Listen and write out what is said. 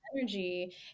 energy